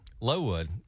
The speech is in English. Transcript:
Lowood